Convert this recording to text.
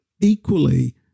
equally